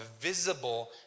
visible